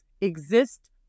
exist